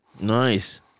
Nice